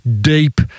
deep